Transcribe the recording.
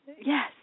yes